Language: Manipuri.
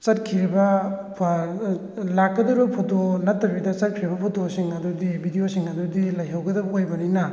ꯆꯠꯈ꯭ꯔꯤꯕ ꯂꯥꯛꯀꯗꯧꯔꯤꯕ ꯐꯣꯇꯣ ꯅꯠꯇꯕꯤꯗ ꯆꯠꯈ꯭ꯔꯤꯕ ꯐꯣꯇꯣꯁꯤꯡ ꯑꯗꯨꯗꯤ ꯕꯤꯗꯤꯑꯣꯁꯤꯡ ꯑꯗꯨꯗꯤ ꯂꯩꯍꯧꯒꯗꯕ ꯑꯣꯏꯕꯅꯤꯅ